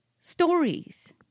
stories